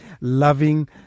loving